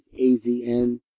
AZN